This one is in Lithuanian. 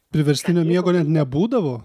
priverstinio miego net nebūdavo